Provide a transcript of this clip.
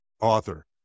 author